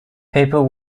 people